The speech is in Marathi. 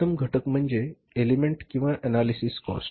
प्रथम घटक म्हणजे एलिमेंट किंवा आणलयसिस कॉस्ट